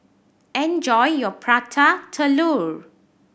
enjoy your Prata Telur